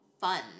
fun